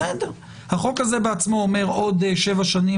החוק הזה בעצמו אומר: בעוד שבע שנים